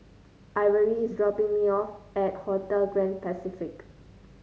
Ivory is dropping me off at Hotel Grand Pacific